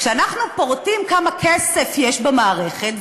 כשאנחנו פורטים כמה כסף יש במערכת,